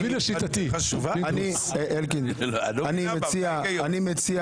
אלקין, אני מציע